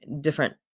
different